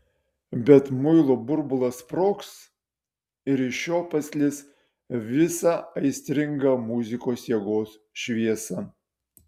bet muilo burbulas sprogs ir iš jo pasklis visa aistringa muzikos jėgos šviesa